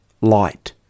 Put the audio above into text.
light